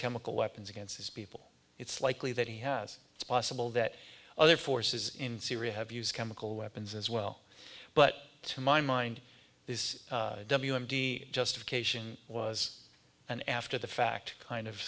chemical weapons against his people it's likely that he has it's possible that other forces in syria have used chemical weapons as well but to my mind this w m d justification was an after the fact kind of